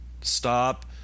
Stop